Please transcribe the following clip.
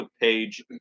page